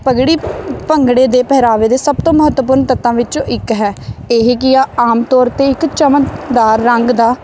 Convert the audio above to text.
ਪੱਗੜੀ ਭੰਗੜੇ ਦੇ ਪਹਿਰਾਵੇ ਦੇ ਸਭ ਤੋਂ ਮਹੱਤਵਪੂਰਨ ਤੱਤਾਂ ਵਿੱਚੋਂ ਇੱਕ ਹੈ ਇਹ ਕੀ ਆ ਆਮ ਤੌਰ 'ਤੇ ਇੱਕ ਚਮਕਦਾਰ ਰੰਗ ਦਾ